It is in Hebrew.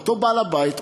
אותו בעל-בית,